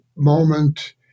moment